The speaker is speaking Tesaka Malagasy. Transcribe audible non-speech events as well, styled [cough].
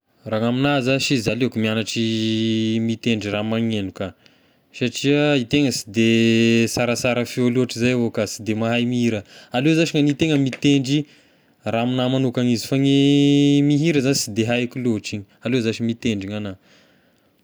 Raha ny amigna zashy izy aleoko mianatry mitendry raha magneno ka satria e tegna sy de sarasara feo loatra zay avao ka, sy de mahay mihira, aleo zashy ny hanitegna [noise] mitendry raha amigna manokany izy fa ny mihira zashy sy de haiko loatry igny, aleo zashy mitendry ny anahy.